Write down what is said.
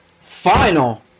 final